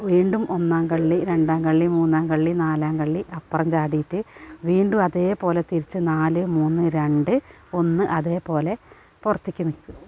വീണ്ടും ഒന്നാം കള്ളി രണ്ടാം കള്ളി മൂന്നാം കള്ളീ നാലാം കള്ളി അപ്പുറം ചാടിയിട്ടു വീണ്ടും അതേപോലെ തിരിച്ചു നാല് മൂന്ന് രണ്ട് ഒന്ന് അതേപോലെ പുറത്തേക്കു നിൽക്കുക